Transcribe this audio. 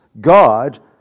God